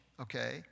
okay